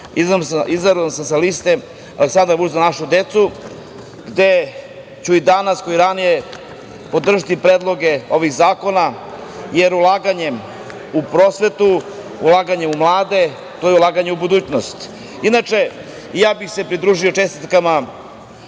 Izabran sam sa liste Aleksandar Vučić – Za našu decu, gde ću i danas, kao i ranije podržati predloge ovih zakona, jer ulaganjem u prosvetu, ulaganje u mlade je ulaganje u budućnost. Inače, ja bih se pridružio čestitkama,